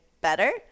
better